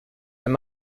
and